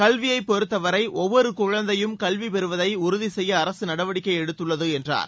கல்வியைப் பொறுத்தவரை ஒவ்வொரு குழந்தையும் கல்வி பெறுவதை உறுதி செய்ய அரசு நடவடிக்கை எடுத்துள்ளது என்றார்